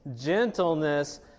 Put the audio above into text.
gentleness